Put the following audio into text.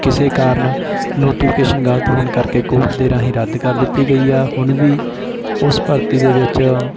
ਕਿਸੇ ਕਾਰਨ ਨੋਟੀਫਿਕੇਸ਼ਨ ਗਲਤ ਹੋਣ ਕਰਕੇ ਕੋਰਟ ਦੇ ਰਾਹੀਂ ਰੱਦ ਕਰ ਦਿੱਤੀ ਗਈ ਆ ਹੁਣ ਵੀ ਉਸ ਭਰਤੀ ਦੇ ਵਿੱਚ